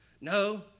No